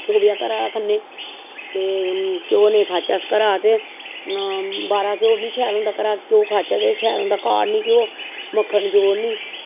घरा दा खन्ने ते घ्यो नेईं खाच्चै अस घरा ते बाह्रा घ्यो बी निं शैल होंदा घरा घ्यो खाच्चै ते कन्नै काह्ड़ने घ्यो मक्खन जोड़ने